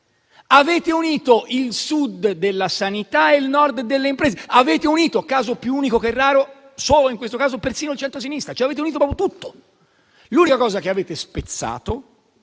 Avete unito il Sud della sanità e il Nord delle imprese. Avete unito - caso più unico che raro - solo in questo caso persino il centrosinistra. Avete unito proprio tutto. L'unica cosa che avete spezzato